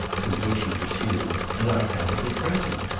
with which he pursued and i have it at present.